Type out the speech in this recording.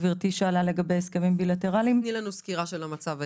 גברתי שאלה לגבי הסכמים בילטרליים --- תני לנו סקירה של המצב היום,